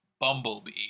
Bumblebee